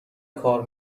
کار